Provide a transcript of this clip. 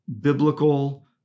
biblical